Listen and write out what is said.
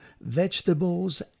vegetables